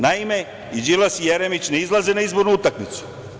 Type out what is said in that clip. Naime, i Đilas i Jeremić ne izlaze na izbornu utakmicu.